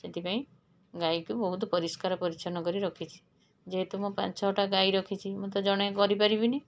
ସେଥିପାଇଁ ଗାଈକି ବହୁତ ପରିଷ୍କାର ପରିଚ୍ଛନ୍ନ କରି ରଖିଛି ଯେହେତୁ ମୁଁ ପାଞ୍ଚ ଛଅଟା ଗାଈ ରଖିଛି ମୁଁ ତ ଜଣେ କରିପାରିବିନି